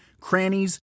crannies